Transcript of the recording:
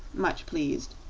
much pleased.